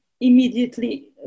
immediately